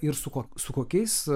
ir su ko su kokiais